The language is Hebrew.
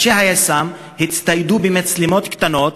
אנשי היס"מ הצטיידו במצלמות קטנות,